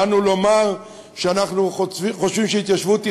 באנו לומר שאנחנו חושבים שהתיישבות היא